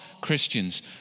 Christians